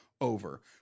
over